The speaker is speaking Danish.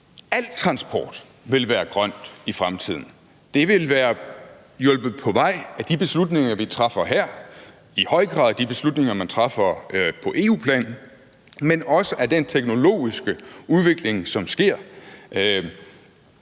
Al transport vil være grøn i fremtiden. Det vil være hjulpet på vej af de beslutninger, vi træffer her, i høj grad af de beslutninger, man træffer på EU-plan, men også af den teknologiske udvikling, som sker.